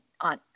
on